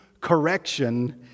correction